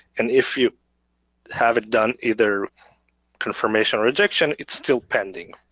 and if you haven't done either confirmation or rejection it's still pending.